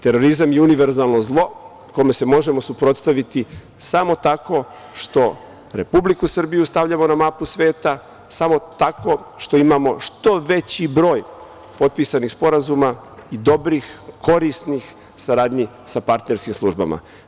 Terorizam je univerzalno zlo, kome se možemo suprotstaviti samo tako što Republiku Srbiju stavljamo na mapu sveta, samo tako što imamo što veći broj potpisanih sporazuma i dobrih, korisnih saradnji sa partnerskim službama.